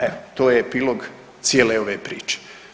Evo to je epilog cijele ove priče.